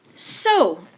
so